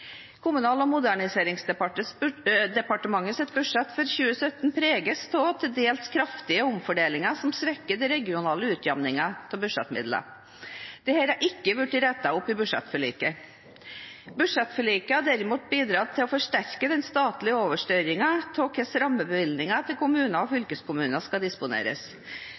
Kommunal- og moderniseringsdepartementets budsjett for 2017 preges av til dels kraftige omfordelinger som svekker den regionale utjamningen av budsjettmidlene. Dette er ikke blitt rettet opp i budsjettforliket. Budsjettforliket har derimot bidratt til å forsterke den statlige overstyringen av hvordan rammebevilgningene til kommunene og fylkeskommunene skal disponeres.